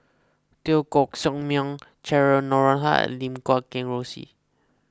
Teo Koh Sock Miang Cheryl Noronha and Lim Guat Kheng Rosie